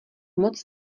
moc